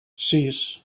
sis